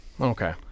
Okay